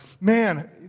man